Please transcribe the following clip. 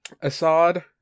Assad